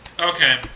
Okay